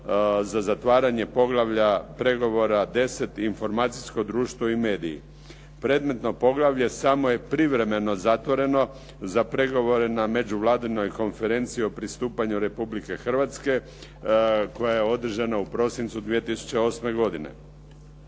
za zatvaranje poglavlja pregovora 10. – Informacijsko društvo i mediji. Predmetno poglavlje samo je privremeno zatvoreno za pregovore na međuvladinoj konferenciji o pristupanju Republike Hrvatske koja je održana u prosincu 2008. godine.